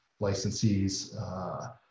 licensees